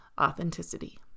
Authenticity